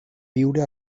viure